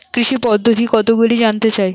কৃষি পদ্ধতি কতগুলি জানতে চাই?